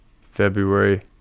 February